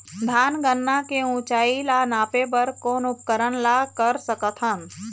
धान गन्ना के ऊंचाई ला नापे बर कोन उपकरण ला कर सकथन?